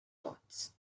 dots